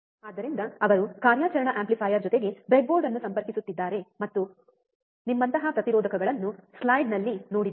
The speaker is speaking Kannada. ಆದ್ದರಿಂದ ಅವರು ಕಾರ್ಯಾಚರಣಾ ಆಂಪ್ಲಿಫೈಯರ್ ಜೊತೆಗೆ ಬ್ರೆಡ್ಬೋರ್ಡ್ ಅನ್ನು ಸಂಪರ್ಕಿಸುತ್ತಿದ್ದಾರೆ ಮತ್ತು ನಿಮ್ಮಂತಹ ಪ್ರತಿರೋಧಕಗಳನ್ನು ಸ್ಲೈಡ್ನಲ್ಲಿ ನೋಡಿದ್ದಾರೆ